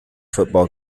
football